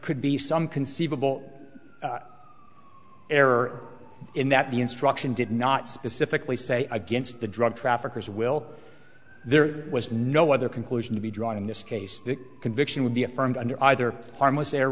could be some conceivable error in that the instruction did not specifically say against the drug traffickers will there was no other conclusion to be drawn in this case the conviction would be affirmed under either harmless